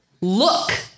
look